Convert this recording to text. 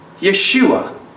Yeshua